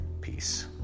Peace